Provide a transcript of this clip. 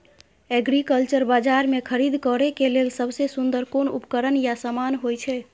Agriculture बाजार में खरीद करे के लेल सबसे सुन्दर कोन उपकरण या समान होय छै?